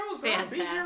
Fantastic